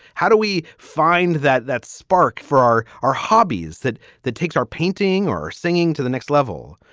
how do we find that that spark for our our hobbies, that that takes our painting or singing to the next level?